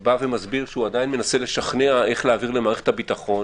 בא ומסביר שהוא עדיין מנסה לשכנע איך להעביר למערכת הביטחון.